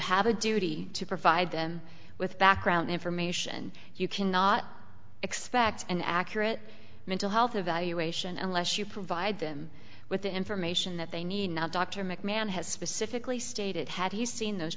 have a duty to provide them with background information you cannot expect an accurate mental health evaluation unless you provide them with the information that they need a doctor mcmahon has specifically stated had he seen those